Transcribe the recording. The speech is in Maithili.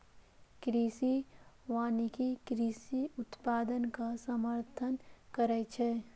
कृषि वानिकी कृषि उत्पादनक समर्थन करै छै